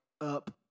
up